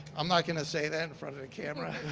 i'm not going to say that in front of the camera.